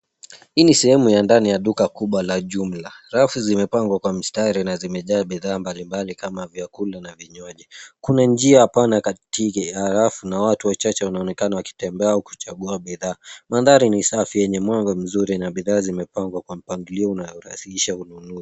Hii ni sehemu ya ndani ya duka kubwa la jumla. Rafu zimepangwa kwa mstari na zimejaa bidhaa mbalimbali kama vyakula na vinywaji. Kuna njia pana katike au rafu. Watu wanaonekana wakitembea wakichagua bidhaa. Mandhari ni safi yenye mwanga mzuri na bidhaa zimepangwa kwa mpangilio unao rahihisha ununuzi.